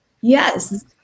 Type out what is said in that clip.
Yes